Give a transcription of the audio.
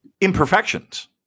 imperfections